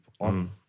on